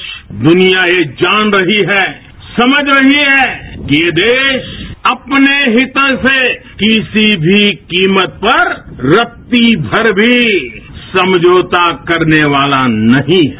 आज दुनिया ये जान रही है समझ रही है किये देश अपने हितों से किसी भी कीमत पर रत्तीभर भी समझौता करने वाला नहीं है